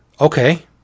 Okay